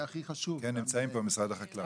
כן, נמצאים פה משרד החקלאות.